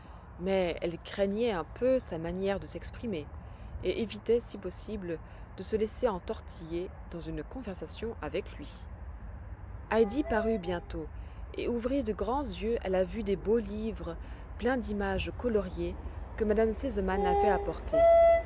mais elle craignait un peu sa manière de s'exprimer et évitait si possible de se laisser entortiller dans une conversation avec lui heidi parut bientôt et ouvrit de grands yeux à la vue des beaux livres pleins d'images coloriées que sesemann avait apportés